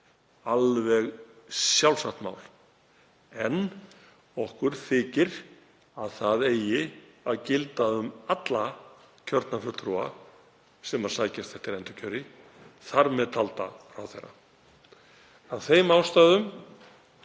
alveg sjálfsagt mál. En okkur þykir að það eigi að gilda um alla kjörna fulltrúa sem sækjast eftir endurkjöri, þar með talda ráðherra.